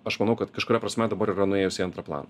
aš manau kad kažkuria prasme dabar yra nuėjusi į antrą planą